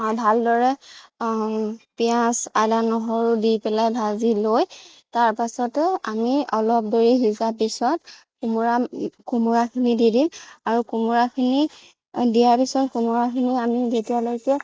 ভালদৰে পিঁয়াজ আদা নহৰু দি পেলাই ভাজি লৈ তাৰপাছতে অমি অলপ দেৰি সিজাৰ পিছত কোমোৰা কোমোৰাখিনি দি দিম আৰু কোমোৰাখিনি দিয়াৰ পিছত কোমোৰাখিনি আমি যেতিয়ালৈকে